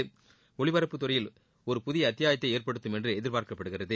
எதிர்கொள்ளும் ஒளிபரப்புத்துறையில் ஒரு புதிய அத்தியாயத்தை ஏற்படுத்தும் என்று எதிர்பார்க்கப்படுகிறது